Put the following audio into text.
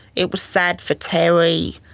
it was sad for terri,